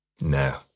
No